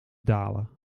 dalen